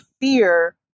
fear